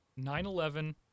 9-11